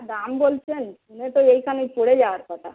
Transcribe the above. দাম বলছেন শুনে তো এইখানে পড়ে যাওয়ার কথা